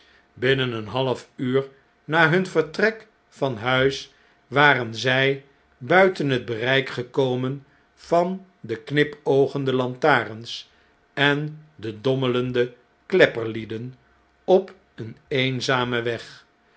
binnen een half uur na hun vertrek van huis waren zjj buiten het bereik gekomen van de knipoogende lantarens en de dommelende klepperlieden op een eenzamen weg